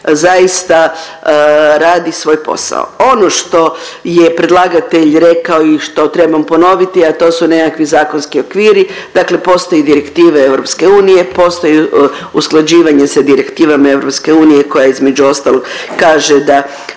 zaista radi svoj posao. Ono što je predlagatelj rekao i što trebam ponoviti, a to su nekakvi zakonski okviri, dakle postoje direktive EU, postoji usklađivanje sa direktivama EU koja između ostalog kaže da